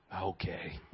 okay